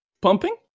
Pumping